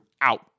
out